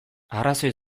arrazoi